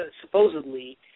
supposedly